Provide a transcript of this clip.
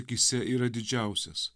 akyse yra didžiausias